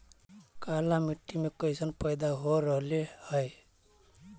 काला मिट्टी मे कैसन पैदा हो रहले है?